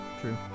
True